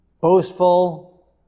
boastful